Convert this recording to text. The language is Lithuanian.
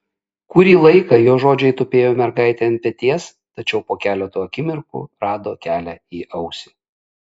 kurį laiką jo žodžiai tupėjo mergaitei ant peties tačiau po keleto akimirkų rado kelią į ausį